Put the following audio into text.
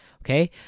okay